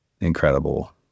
incredible